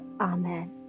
amen